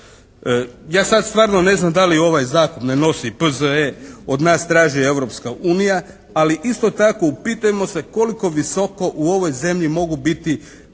Ja sad stvarno ne znam da li ovaj Zakon ne nosi P.Z.E., od nas traži Europska unija, ali isto tako upitajmo se koliko visoko u ovoj zemlji mogu biti